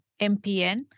MPN